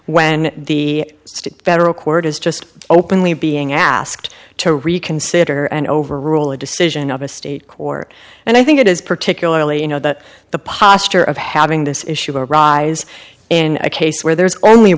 state federal court is just openly being asked to reconsider and overrule a decision of a state court and i think it is particularly you know that the posture of having this issue arise in a case where there's only